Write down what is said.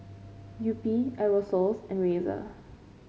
Yupi Aerosoles and Razer